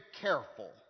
careful